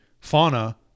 fauna